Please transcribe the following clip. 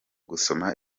gusoma